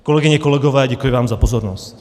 Kolegyně, kolegové, děkuji vám za pozornost.